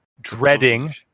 dreading